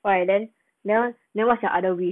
alright then then what's your other wish